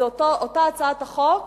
וזו אותה הצעת חוק